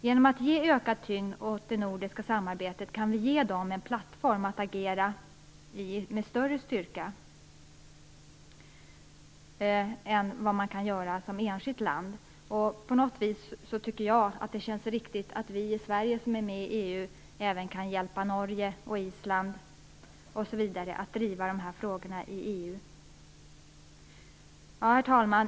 Genom att ge ökad tyngd åt det nordiska samarbetet kan vi ge dem en plattform att agera från med större styrka än vad man kan göra som enskilt land. På något vis tycker jag att det känns riktigt att vi i Sverige, som är med i EU, även kan hjälpa Norge och Island att driva dessa frågor i EU. Herr talman!